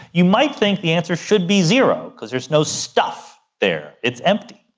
you might think the answer should be zero because there is no stuff there, it's empty.